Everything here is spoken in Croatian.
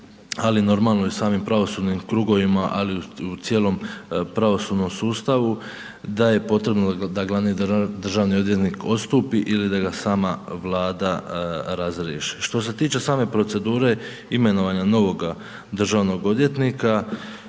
ali normalno i u samim pravosudnim krugovima, ali i u cijelom pravosudnom sustavu, da je potrebno da glavni državni odvjetnik odstupi ili da ga sama Vlada razriješi. Što se tiče same procedure imenovanja novoga državnog odvjetnika,